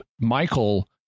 Michael